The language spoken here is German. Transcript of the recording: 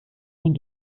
den